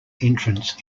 entrance